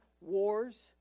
wars